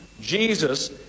Jesus